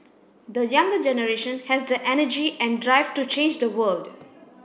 the younger generation has the energy and drive to change the world